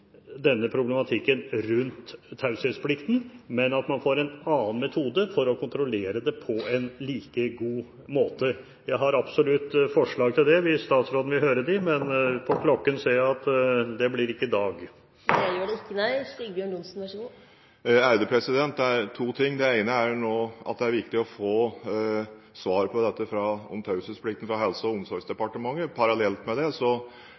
denne problematikken rundt taushetsplikten, men får en annen metode for å kontrollere det på en like god måte. Jeg har absolutt forslag til det, hvis statsråden vil høre, men jeg ser på klokken at det ikke blir i dag. Det er to ting: Det ene er at det nå er viktig å få svar på dette med taushetsplikten fra Helse- og omsorgsdepartementet. Parallelt med det